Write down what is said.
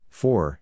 four